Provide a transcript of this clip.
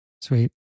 sweet